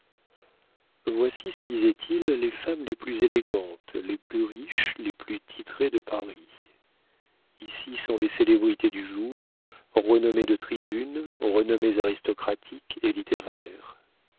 voici se disait-il les femmes les plus élégantes les plus riches les plus titrées de paris ici sont les célébrités du jour renommées de tribune renommées aristocratiques et littéraires